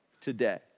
today